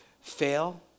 fail